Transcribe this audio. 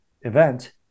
event